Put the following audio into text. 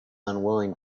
unwilling